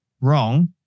wrong